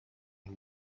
and